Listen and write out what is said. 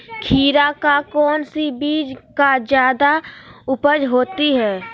खीरा का कौन सी बीज का जयादा उपज होती है?